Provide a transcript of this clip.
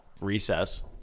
Recess